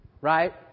Right